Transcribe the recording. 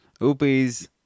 Oopies